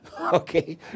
Okay